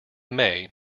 may